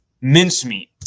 mincemeat